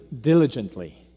diligently